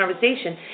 conversation